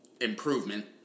improvement